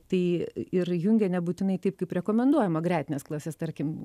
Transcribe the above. tai ir jungia nebūtinai taip kaip rekomenduojama gretimas klases tarkim